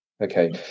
okay